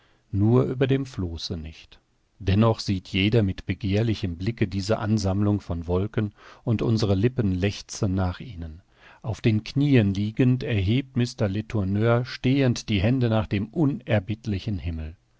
nur über dem flosse nicht dennoch sieht jeder mit begehrlichem blicke diese ansammlung von wolken und unsere lippen lechzen nach ihnen auf den knieen liegend erhebt mr letourneur stehend die hände nach dem unerbittlichen himmel